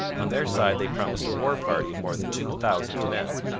on their side they promised a war-party of more than two thousand men.